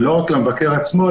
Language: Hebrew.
ולא רק למבקר עצמו,